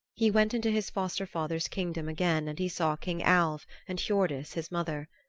he went into his fosterfather's kingdom again, and he saw king alv and hiordis, his mother.